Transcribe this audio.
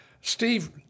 Steve